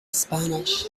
spanish